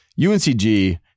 UNCG